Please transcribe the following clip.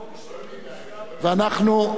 ואנחנו,